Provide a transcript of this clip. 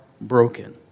broken